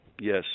Yes